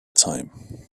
time